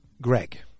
Greg